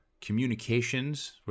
communications